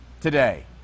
today